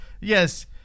Yes